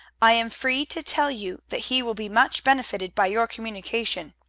i am free to tell you that he will be much benefited by your communication.